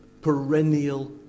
perennial